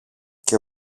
και